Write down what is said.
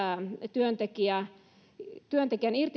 työntekijän irtisanoutuessa työnantaja voi pidentää